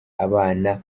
abana